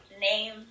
name